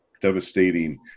devastating